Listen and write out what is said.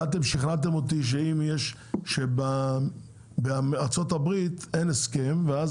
באתם ושכנעתם אותי שבארצות הברית אין הסכם ואז